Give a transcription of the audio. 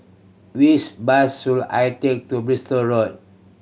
which bus should I take to Bristol Road